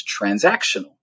transactional